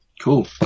Cool